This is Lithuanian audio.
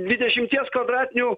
dvidešimties kvadratinių